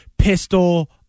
pistol